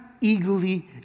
eagerly